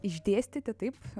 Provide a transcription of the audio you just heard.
išdėstyti taip